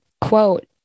quote